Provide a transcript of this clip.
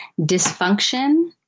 Dysfunction